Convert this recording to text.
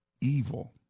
evil